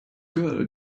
girl